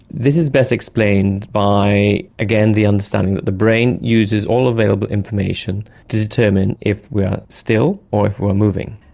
this is best explained by, again, the understanding that the brain uses all available information to determine if we are still or if we are moving.